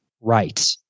Right